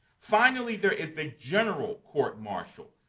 finally there is a general court-martial,